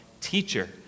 teacher